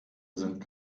sind